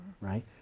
right